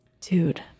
dude